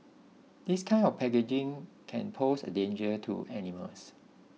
this kind of packaging can pose a danger to animals